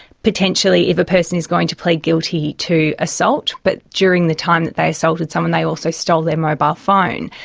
potentially, if a person is going to plead guilty to assault, but during the time that they assaulted someone they also stole their mobile phone,